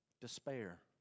despair